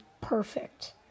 perfect